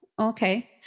Okay